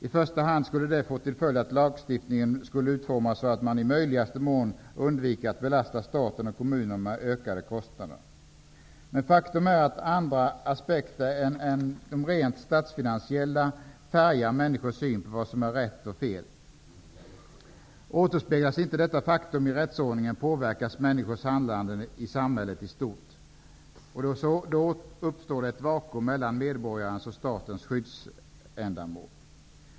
I första hand skulle det få till följd att lagstiftningen utformas så att man i möjligaste mån undviker att belasta staten och kommunerna med ökade kostnader. Men faktum är att andra aspekter än de rent statsfinansiella färgar människors syn på vad som är rätt och fel. Återspeglas inte detta faktum i rättsordningen, påverkas människors handlande i samhället i stort. Det uppstår ett vakuum mellan medborgarens och statens skyddsändamål.